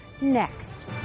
next